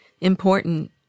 important